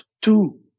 two